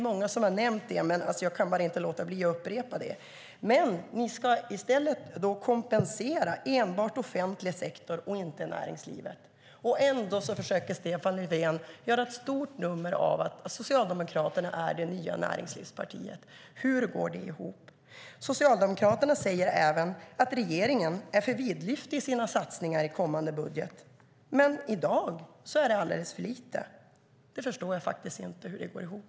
Många har redan nämnt det, men jag kan inte låta bli att upprepa det, nämligen att Socialdemokraterna enbart ska kompensera offentlig sektor, inte näringsliv. Ändå försöker Stefan Löfven göra stort nummer av att Socialdemokraterna är det nya näringslivspartiet. Hur går det ihop? Socialdemokraterna säger också att regeringen är för vidlyftig i sina satsningar i kommande budget, men i dag är det alldeles för lite! Jag förstår faktiskt inte hur det går ihop.